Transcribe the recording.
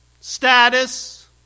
status